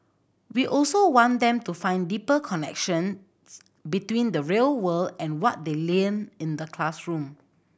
we also want them to find deeper connections between the real world and what they in the classroom